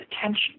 attention